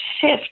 shift